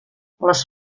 les